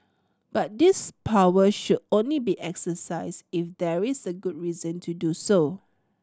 but this power should only be exercised if there is a good reason to do so